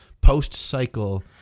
post-cycle